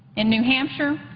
in new hampshire,